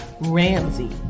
Ramsey